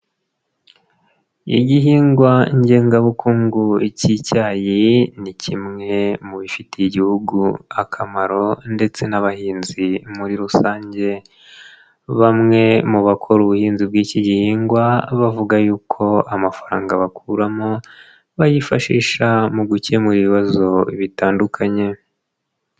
Igihingwa ngengabukungu k'icyayi, ni kimwe mu bifitiye igihugu akamaro ndetse n'abahinzi muri rusange. Bamwe mu bakora ubuhinzi bw'iki gihingwa, bavuga yuko amafaranga bakuramo bayifashisha mu gukemura ibibazo bitandukanye.